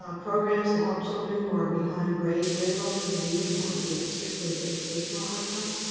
um programs to help children who are behind grade grade levels in reading that would be a strictly educational outcome.